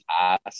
ask